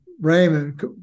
Raymond